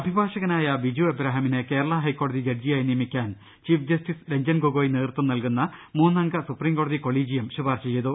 അഭിഭാഷകനായ വിജു അബ്രഹാമിനെ കേരളാ ഹൈക്കോടതി ജഡ്ജിയായി നിയമിക്കാൻ ചീഫ് ജസ്റ്റിസ് രഞ്ജൻ ഗൊഗോയി നേതൃത്വം നൽകുന്ന മൂന്നംഗ സുപ്രീം കോടതികൊളീജിയം ശുപാർശ ചെയ്തു